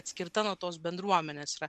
atskirta nuo tos bendruomenės yra